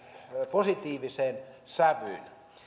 positiiviseen sävyyn